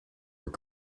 were